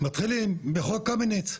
מתחילים בחוק קמיניץ,